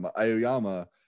Aoyama